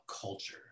culture